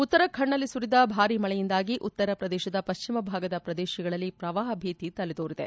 ಉತ್ತರಖಂಡ್ನಲ್ಲಿ ಸುರಿದ ಭಾರೀ ಮಳೆಯಿಂದಾಗಿ ಉತ್ತರಪ್ರದೇಶದ ಪಶ್ಚಿಮ ಭಾಗದ ಪ್ರದೇಶಗಳಲ್ಲಿ ಪ್ರವಾಹ ಭೀತಿ ತಲೆದೋರಿದೆ